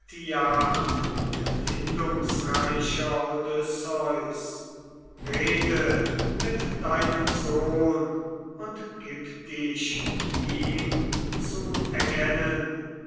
erfindungsreicher odysseus rede mit deinem sohn und gib dich ihm zu erkennen